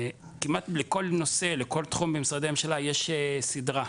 כמעט לכל נושא, לכל תחום במשרדי הממשלה יש סדרה.